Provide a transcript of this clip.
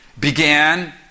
began